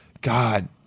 God